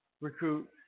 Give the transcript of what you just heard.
recruit